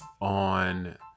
on